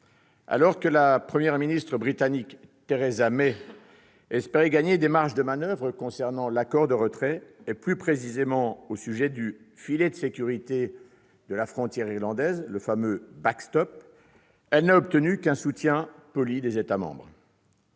Alors que la Première ministre britannique, Theresa May, espérait gagner des marges de manoeuvre concernant l'accord de retrait et, plus précisément, au sujet du filet de sécurité de la frontière irlandaise, le fameux «», elle n'a obtenu qu'un soutien poli de la part des États membres.